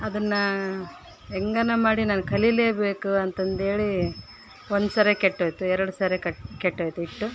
ಅದನ್ನ ಹೆಂಗಾನ ಮಾಡಿ ನಾನು ಕಲಿಲೇಬೇಕು ಅಂತಂದೇಳಿ ಒಂದುಸಾರೆ ಕೆಟ್ಟೋಯಿತು ಎರಡುಸಾರೆ ಕೆಟ್ಟು ಕೆಟ್ಟೋಯ್ತು ಇಟ್ಟು